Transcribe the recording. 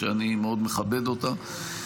שאני מאוד מכבד אותה.